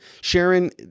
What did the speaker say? Sharon